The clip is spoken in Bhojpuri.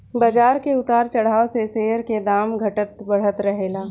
बाजार के उतार चढ़ाव से शेयर के दाम घटत बढ़त रहेला